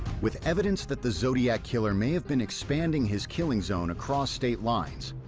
with evidence that the zodiac killer may have been expanding his killing zone across state lines,